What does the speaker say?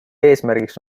eesmärgiks